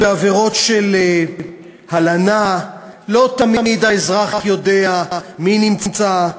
בעבירות של הלנה לא תמיד האזרח יודע מי נמצא,